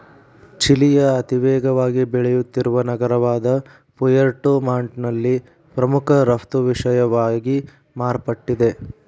ಚಿಲಿಯ ಅತಿವೇಗವಾಗಿ ಬೆಳೆಯುತ್ತಿರುವ ನಗರವಾದಪುಯೆರ್ಟೊ ಮಾಂಟ್ನಲ್ಲಿ ಪ್ರಮುಖ ರಫ್ತು ವಿಷಯವಾಗಿ ಮಾರ್ಪಟ್ಟಿದೆ